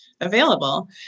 available